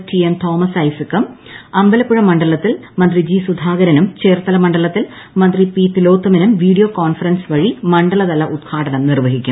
T M Thomas ഐസക്കൂം അമ്പലപ്പുഴ മണ്ഡലത്തിൽ മന്ത്രി ജി സുധാകരനും ചേർത്ത്ല് മണ്ഡലത്തിൽ മന്ത്രി പി തിലോത്തമനും വ്യീഡ്ിയോ കോൺഫറൻസ് വഴി മണ്ഡലതല ഉദ്ഘാടനം നിർപ്ഹിക്കും